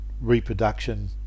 reproduction